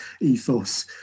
ethos